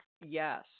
Yes